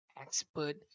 expert